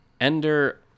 Ender